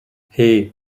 hey